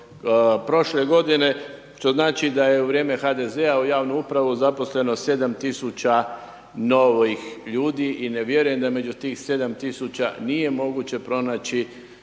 prošle godine, što znači da je u vrijeme HDZ u javnu upravu zaposleno 7.000 novih ljudi i ne vjerujem da među tih 7.000 nije moguće pronaći